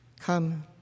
come